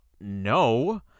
no